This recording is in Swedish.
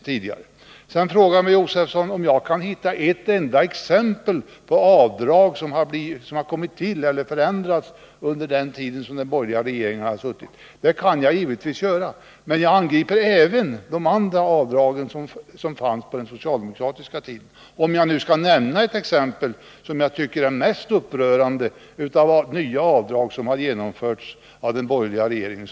Sedan frågar herr Josefson om jag kan finna ett enda exempel på avdrag som kommit till eller förändrats under den tid som den borgerliga regeringen funnits. Det kan jag givetvis göra, men jag angriper även de avdrag som fanns på den socialdemokratiska tiden. Om jag nu skall nämna ett exempel, kan jag ta vad jag tycker är det mest upprörande av de nya avdrag som genomförts av den borgerliga regeringen.